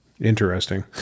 Interesting